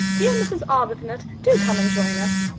dear mrs. arbuthnot, do come and join us.